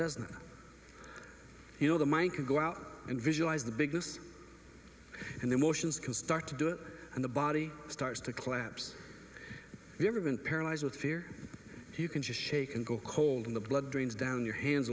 doesn't it you know the mind can go out and visualize the biggest and the motions can start to do it and the body starts to collapse you've ever been paralyzed with fear you can just shake and go cold and the blood drains down your hands